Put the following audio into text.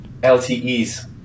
LTEs